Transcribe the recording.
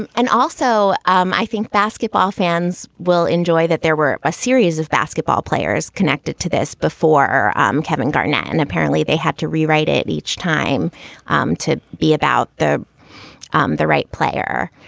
and and also, um i think basketball fans will enjoy that. there were a series of basketball players connected to this before um kevin garnett, and apparently they had to rewrite it each time um to be about the um the right player,